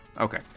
Okay